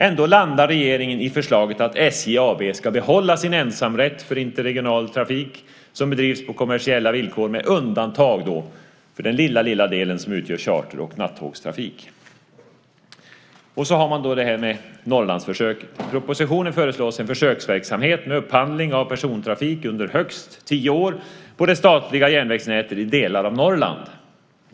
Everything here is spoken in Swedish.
Ändå landar regeringen i förslaget på att SJ AB ska behålla sin ensamrätt för interregional trafik som bedrivs på kommersiella villkor, med undantag för den lilla del som utgör charter och nattågstrafik. Och så har man det här med Norrlandsförsöket. I propositionen föreslås en försöksverksamhet med upphandling av persontrafik under högst tio år på det statliga järnvägsnätet i delar av Norrland.